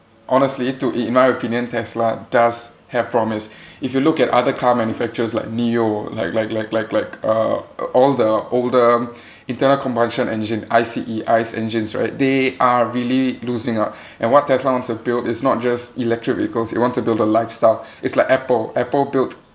honestly to e~ in my opinion tesla does have promise if you look at other car manufacturers like nio like like like like like uh all the older internal combustion engine I_C_E ICE engines right they are really losing out and what tesla wants to build is not just electric vehicles it wants to build a lifestyle is like apple apple built